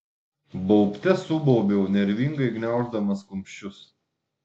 baubte subaubiau nervingai gniauždamas kumščius